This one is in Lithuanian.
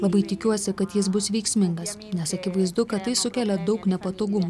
labai tikiuosi kad jis bus veiksmingas nes akivaizdu kad tai sukelia daug nepatogumų